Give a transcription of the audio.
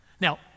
Now